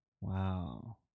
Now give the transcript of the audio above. Wow